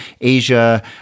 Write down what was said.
Asia